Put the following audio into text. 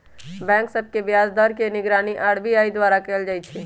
bank सभ के ब्याज दर के निगरानी आर.बी.आई द्वारा कएल जाइ छइ